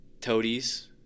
Toadies